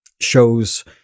shows